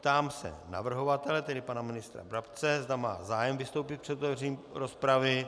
Ptám se navrhovatele, tedy pana ministra Brabce, zda má zájem vystoupit před otevřením rozpravy.